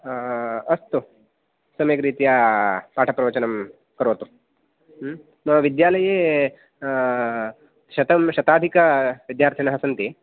हा अस्तु सम्यक् रीत्या पाठप्रवचनं करोतु मम विद्यालये शतं शतादिकविद्यर्थिनः सन्ति